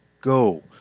go